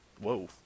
Whoa